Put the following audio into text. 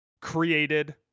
created